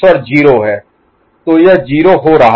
तो यह 0 हो रहा है